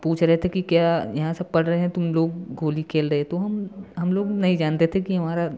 पूछ रहे थे कि क्या यहाँ सब पढ़ रहे हैं तुम लोग गोली खेल रहे तो हम हम लोग नहीं जानते थे कि हमारा